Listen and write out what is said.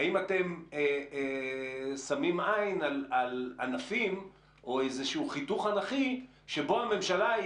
האם אתם שמים עין על ענפים או איזשהו חיתוך אנכי שבו הממשלה היא